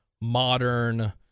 modern